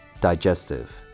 digestive